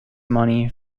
money